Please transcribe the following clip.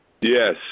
Yes